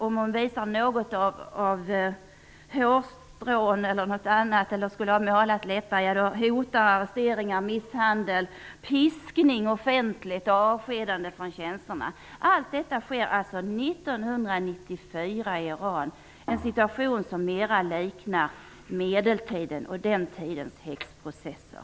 Om hon visar några hårstrån eller har målat läpparna hotar arrestering, misshandel, offentlig piskning och avskedande från tjänsten. Allt detta sker alltså år 1994 i Iran. Det är en situation som mera liknar medeltiden och den tidens häxprocesser.